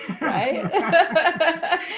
right